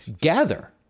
gather